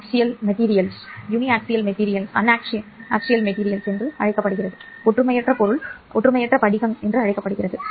ஆகவே இது ஒரு ஒற்றுமையற்ற பொருள் அல்லது ஒற்றுமையற்ற படிக சரி என்று அழைக்கப்படுகிறது